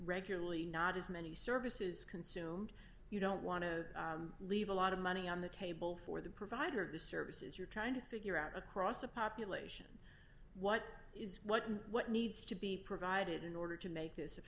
regularly not as many services consumed you don't want to leave a lot of money on the table for the provider of the services you're trying to figure out across a population what is what and what needs to be provided in order to make this a